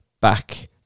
back